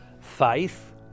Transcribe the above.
Faith